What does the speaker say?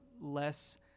less